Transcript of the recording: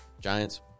Giants